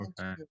okay